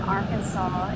Arkansas